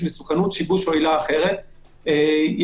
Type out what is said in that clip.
לגבי הנתונים, אתם רואים שיש